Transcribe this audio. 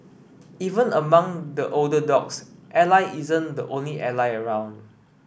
even among the older dogs Ally isn't the only Ally around